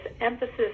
emphasis